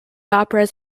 operas